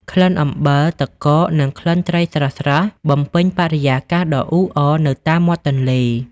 ក្លិនអំបិល ទឹកកក និងក្លិនត្រីស្រស់ៗបំពេញបរិយាកាសដ៏អ៊ូអរនៅតាមមាត់ទន្លេ។